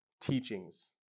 teachings